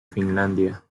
finlandia